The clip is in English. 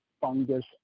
fungus